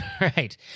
Right